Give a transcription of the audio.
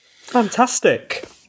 fantastic